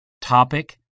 topic